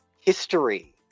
history